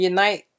Unite